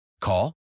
Call